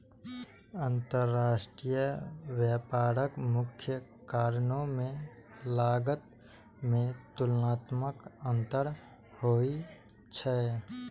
अंतरराष्ट्रीय व्यापारक मुख्य कारण मे लागत मे तुलनात्मक अंतर होइ छै